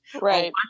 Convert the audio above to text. right